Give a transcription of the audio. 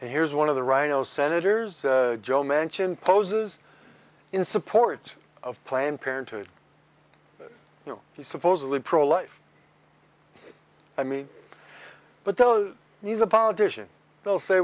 and here's one of the rhino senators joe manchin poses in support of planned parenthood he supposedly pro life i mean but tell he's a politician they'll say